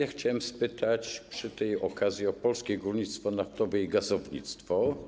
Ale chciałbym spytać przy tej okazji o Polskie Górnictwo Naftowe i Gazownictwo.